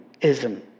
ism